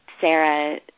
Sarah